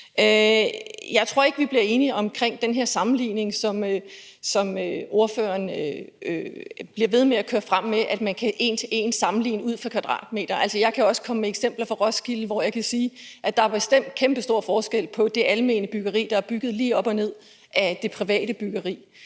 Jeg tror ikke, vi bliver enige om den her sammenligning, som ordføreren bliver ved med at køre frem med: at man en til en kan sammenligne ud fra kvadratmeter. Altså, jeg kan også komme med eksempler fra Roskilde, hvor jeg kan sige, at der bestemt er kæmpestor forskel på det almene byggeri og det private byggeri,